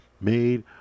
made